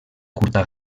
curta